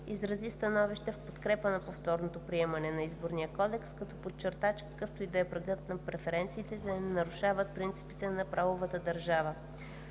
изрази становище в подкрепа на повторното приемане на Изборния кодекс, като подчерта, че какъвто и да е прагът на преференциите, те не нарушават принципите на правовата държава.